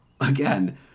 Again